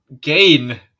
gain